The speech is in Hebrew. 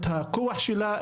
את הכוח שלה,